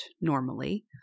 normally